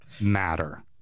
matter